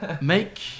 make